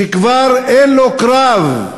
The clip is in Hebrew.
שכבר אין לו קרב,